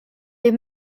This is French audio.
les